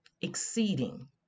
exceeding